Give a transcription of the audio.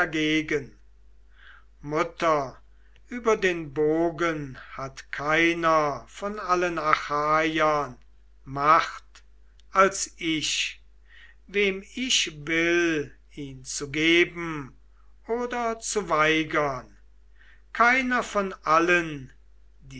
mutter über den bogen hat keiner von allen achaiern macht als ich wem ich will ihn zu geben oder zu weigern keiner von allen